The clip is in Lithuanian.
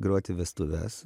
grot į vestuves